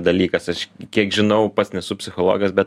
dalykas aš kiek žinau pats nesu psichologas bet